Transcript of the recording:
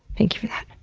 thank you for that.